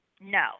No